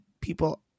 people